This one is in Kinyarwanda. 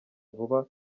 vuba